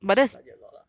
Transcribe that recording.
but she studied a lot lah